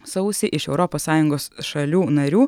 sausį iš europos sąjungos šalių narių